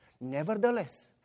Nevertheless